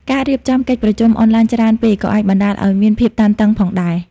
ការរៀបចំកិច្ចប្រជុំអនឡាញច្រើនពេកក៏អាចបណ្តាលឱ្យមានភាពតានតឹងផងដែរ។